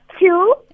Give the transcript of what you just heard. two